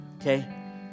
Okay